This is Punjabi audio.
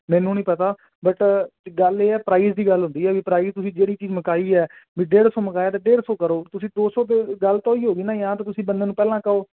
ਮੈਨੂੰ ਨਹੀਂ ਪਤਾ ਬਟ ਗੱਲ ਇਹ ਹੈ ਪ੍ਰਾਈਜ ਦੀ ਗੱਲ ਹੁੰਦੀ ਆ ਪ੍ਰਾਈਜ ਤੁਸੀਂ ਜਿਹੜੀ ਚੀਜ਼ ਮੁਕਾਈ ਹੈ ਡੇਡ ਸੋ ਮੰਗਾਏ ਤੇ ਡੇਡ ਸੋ ਕਰੋ ਤੁਸੀਂ ਦੋ ਸੋ ਗੱਲ ਤੋਂ ਹੀ ਹੋ ਗਈ ਨਾ ਯਹਾਂ ਤੇ ਤੁਸੀਂ ਬੰਦੇ ਨੂੰ ਪਹਿਲਾਂ ਕਹੋ